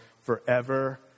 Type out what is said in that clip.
forever